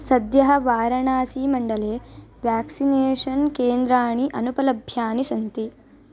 सद्यः वारणासीमण्डले व्याक्सिनेषन् केन्द्राणि अनुपलभ्यानि सन्ति